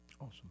Awesome